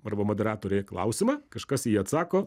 arba moderatorė klausimą kažkas į jį atsako